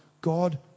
God